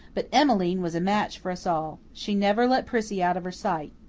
but emmeline was a match for us all. she never let prissy out of her sight.